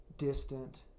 distant